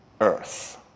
earth